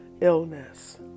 illness